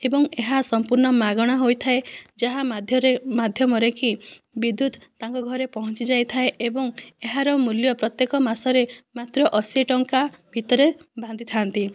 ଏବଂ ଏହା ସମ୍ପୂର୍ଣ୍ଣ ମାଗଣା ହୋଇଥାଏ ଯାହା ମାଧ୍ୟରେ ମାଧ୍ୟମରେ କି ବିଦ୍ୟୁତ ତାଙ୍କ ଘରେ ପହଞ୍ଚି ଯାଇଥାଏ ଏବଂ ଏହାର ମୂଲ୍ୟ ପ୍ରତ୍ୟେକ ମାସରେ ମାତ୍ର ଅଶୀ ଟଙ୍କା ଭିତରେ ବାନ୍ଧିଥାନ୍ତି